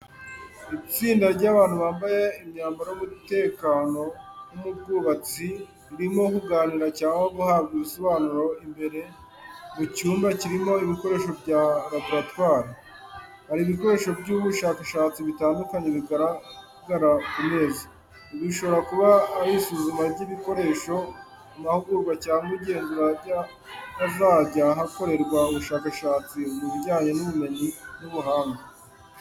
Itsinda ry’abantu bambaye imyambaro y’umutekano nko mu bwubatsi ririmo kuganira cyangwa guhabwa ibisobanuro imbere mu cyumba kirimo ibikoresho bya laboratwari. Hari ibikoresho by’ubushakashatsi bitandukanye bigaragara ku meza. Ibi bishobora kuba ari isuzuma ry’ibikoresho, amahugurwa cyangwa igenzura ry’ahazajya hakorerwa ubushakashatsi mu bijyanye n’ubumenyi n’ubuhanga.